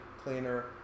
cleaner